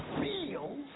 feels